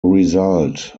result